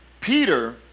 Peter